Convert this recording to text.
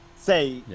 say